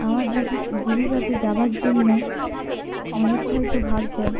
আমার জীবিকাতে যাবার জন্য অনেকে হয়তো ভাবছেন